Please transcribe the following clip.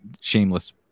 shameless